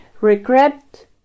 regret